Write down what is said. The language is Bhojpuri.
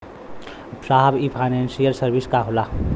साहब इ फानेंसइयल सर्विस का होला?